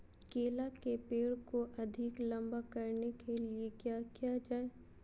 केला के पेड़ को अधिक लंबा करने के लिए किया किया जाए?